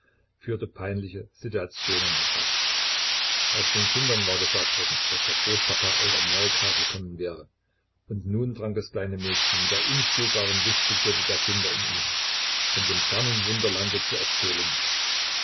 führte peinliche situationen herbei auch den kindern war gesagt worden daß der großpapa aus amerika gekommen wäre und nun drang das kleine mädchen mit der unstillbaren wißbegierde der kinder in ihn von dem fernen wunderlande zu erzählen